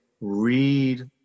read